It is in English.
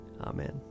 Amen